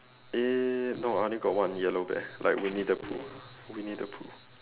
eh no I only got one yellow bear like Winnie the Pooh Winnie the Pooh